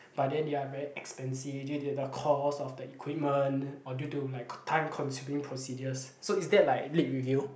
but then they're very expensive due to the cost of the equipment or due to like time consuming procedures so is that like lit review